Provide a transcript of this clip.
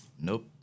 Nope